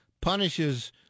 punishes